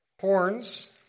horns